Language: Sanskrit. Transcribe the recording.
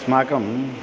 अस्माकम्